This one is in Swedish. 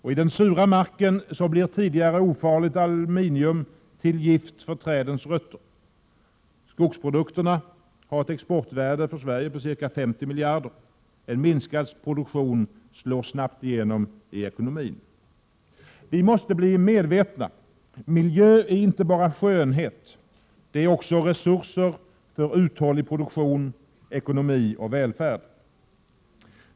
I den sura marken blir tidigare ofarligt aluminium till gift för trädens rötter. Skogsprodukterna har ett exportvärde för Sverige på ca 50 miljarder. En minskad produktion slår snabbt igenom i ekonomin. Vi måste bli medvetna om att miljö inte bara är skönhet utan också resurser för uthållig produktion, ekonomi och välfärd.